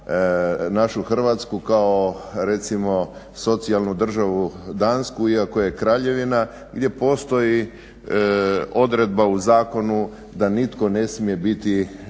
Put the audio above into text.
našu Hrvatsku kao recimo socijalnu državu Dansku iako je kraljevina gdje postoji odredba u zakonu da nitko ne smije biti